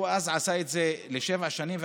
הוא אז עשה את זה לשבע שנים,